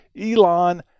Elon